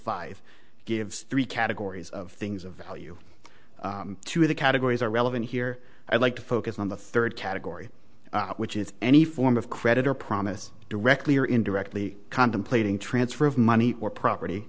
five gives three categories of things of value two of the categories are relevant here i'd like to focus on the third category which is any form of credit or promise directly or indirectly contemplating transfer of money or property